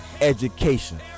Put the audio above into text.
education